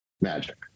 magic